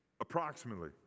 approximately